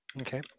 Okay